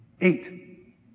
Eight